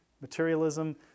materialism